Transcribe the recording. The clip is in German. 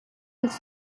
als